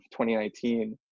2019